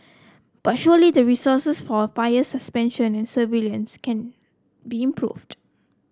but surely the resources for fire suppression and surveillance can be improved